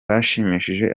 bashimishije